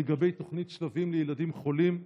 לגבי תוכנית שלבים לילדים חולים,